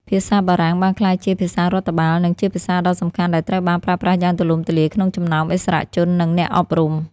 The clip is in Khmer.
ភាសាបារាំងបានក្លាយជាភាសារដ្ឋបាល និងជាភាសាដ៏សំខាន់ដែលត្រូវបានប្រើប្រាស់យ៉ាងទូលំទូលាយក្នុងចំណោមឥស្សរជន និងអ្នកអប់រំ។